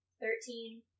Thirteen